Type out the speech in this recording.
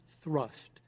thrust